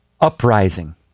Uprising